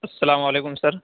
السّلام علیکم سر